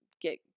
get